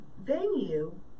venue